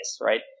right